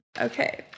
Okay